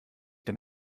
denn